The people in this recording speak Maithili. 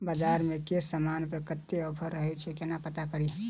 बजार मे केँ समान पर कत्ते ऑफर रहय छै केना पत्ता कड़ी?